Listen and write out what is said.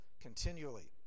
continually